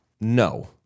No